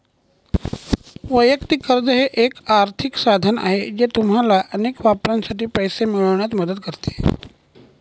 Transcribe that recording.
वैयक्तिक कर्ज हे एक आर्थिक साधन आहे जे तुम्हाला अनेक वापरांसाठी पैसे मिळवण्यात मदत करते